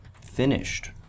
finished